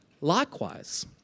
likewise